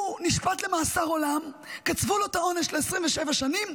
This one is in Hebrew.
הוא נשפט למאסר עולם, קצבו לו את העונש ל-27 שנים.